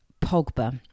Pogba